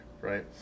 right